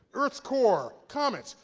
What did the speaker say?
earth's core, comets.